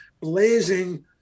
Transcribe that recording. blazing